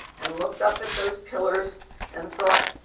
and looked up at those pillars and thought,